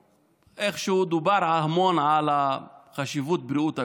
איכשהו דובר המון על חשיבות בריאות הגוף,